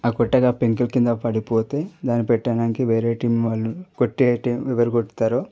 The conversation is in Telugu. ఆ కొట్టేటప్పుడు ఆ పెంకుల్ కింద పడిపోతే దాన్ని పెట్టడానికి వేరే టీం వాళ్ళు కొట్టే టీం ఎవరు కొడతారో